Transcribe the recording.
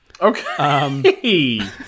Okay